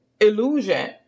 illusion